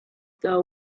ago